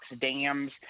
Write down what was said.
dams